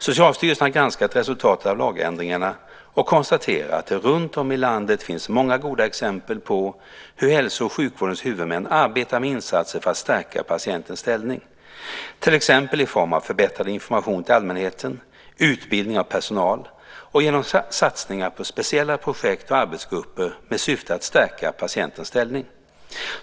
Socialstyrelsen har granskat resultatet av lagändringarna och konstaterar att det runtom i landet finns många goda exempel på hur hälso och sjukvårdens huvudmän arbetar med insatser för att stärka patientens ställning, till exempel i form av förbättrad information till allmänheten, utbildning av personal och genom satsningar på speciella projekt och arbetsgrupper med syfte att stärka patientens ställning.